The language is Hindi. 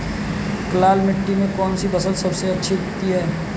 लाल मिट्टी में कौन सी फसल सबसे अच्छी उगती है?